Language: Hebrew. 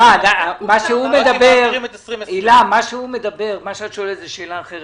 הילה, את שואלת שאלה אחרת.